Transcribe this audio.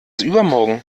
übermorgen